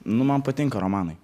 nu man patinka romanai